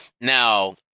Now